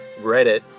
Reddit